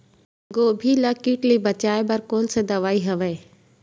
गोभी ल कीट ले बचाय बर कोन सा दवाई हवे?